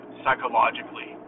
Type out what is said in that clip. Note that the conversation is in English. psychologically